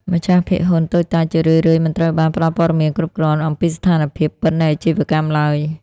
ម្ចាស់ភាគហ៊ុនតូចតាចជារឿយៗមិនត្រូវបានផ្ដល់ព័ត៌មានគ្រប់គ្រាន់ អំពីស្ថានភាពពិតនៃអាជីវកម្មឡើយ។